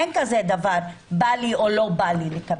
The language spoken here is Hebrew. אין דבר כזה בא לי או לא בא לי לקבל.